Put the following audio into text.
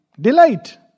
Delight